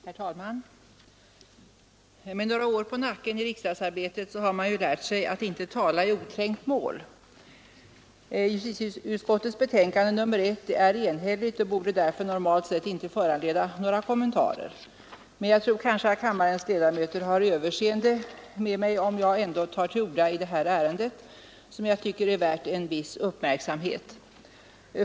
Herr talman! Med några år på nacken i riksdagsarbetet har man ju lärt sig att inte tala i oträngt mål. Justitieutskottets betänkande nr 1 är enhälligt och borde därför normalt sett inte föranleda några kommentarer, men jag tror att kammarens ledamöter kanske överser med mig om jag ändå tar till orda i detta ärende, som jag tycker är värt en viss uppmärksamhet.